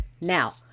Now